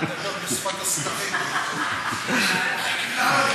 (אומר דברים בשפה הערבית, להלן תרגומם